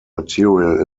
material